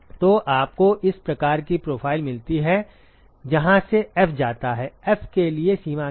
तो आपको इस प्रकार की प्रोफ़ाइल मिलती है जहां से F जाता है F के लिए सीमा क्या है